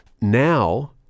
Now-